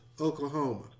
Oklahoma